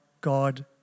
god